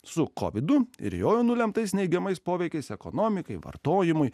su kovidu ir joje nulemtais neigiamais poveikis ekonomikai vartojimui